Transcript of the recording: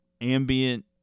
Ambient